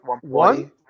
one